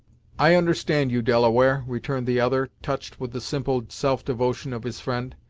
i understand you, delaware, returned the other, touched with the simple self-devotion of his friend,